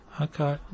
Okay